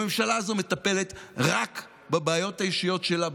הממשלה הזו מטפלת רק בבעיות האישיות שלה,